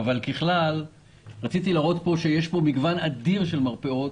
ככלל רציתי להראות שיש פה מגוון אדיר של מרפאות,